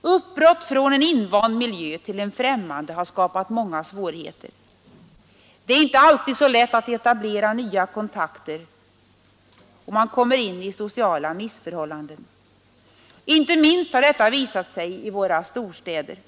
Uppbrott från en invand miljö har skapat många svårigheter. Det är inte alltid lätt att i en främmande miljö etablera nya kontakter, och man hamnar i sociala missförhållanden. Inte minst har detta visat sig i våra storstäder.